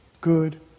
Good